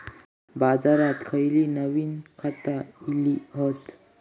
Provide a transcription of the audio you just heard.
बाजारात खयली नवीन खता इली हत?